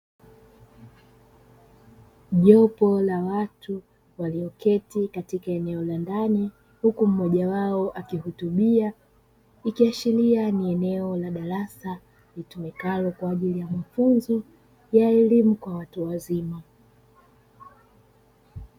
Jopo la watu walioketi katika eneo la ndani huku mmoja wao akihutubia, ikiashiria ni eneo la darasa litumikalo kwa ajili ya mafunzo ya elimu kwa watu wazima.